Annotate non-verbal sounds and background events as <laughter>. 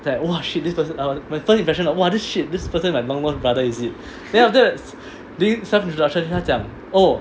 is like !wah! shit this person <noise> my first impression of !wah! this shit this person is meng meng's brother is it then after that during some discussion 他讲 oh